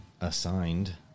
assigned